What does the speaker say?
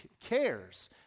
cares